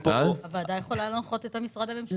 הוועדה יכולה להנחות את המשרד הממשלתי.